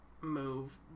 move